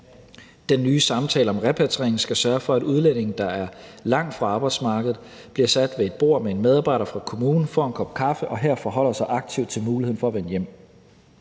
den nye samtale om repatriering skal der sørges for, at udlændinge, der er langt fra arbejdsmarkedet, bliver sat ved et bord med en medarbejder fra kommunen, får en kop kaffe og her forholder sig aktivt til muligheden for at vende hjem.